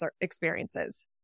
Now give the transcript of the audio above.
experiences